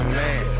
man